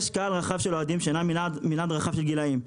יש קבל רחב של אוהדים במנעד רחב של גילים,